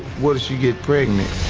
what if she get pregnant?